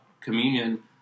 communion